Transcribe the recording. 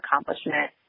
accomplishment